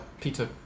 Peter